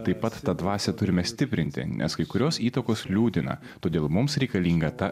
taip pat tą dvasią turime stiprinti nes kai kurios įtakos liūdina todėl mums reikalinga ta